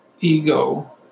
ego